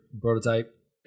prototype